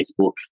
Facebook